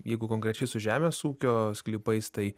jeigu konkrečiai su žemės ūkio sklypais tai